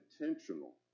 intentional